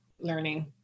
learning